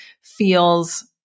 feels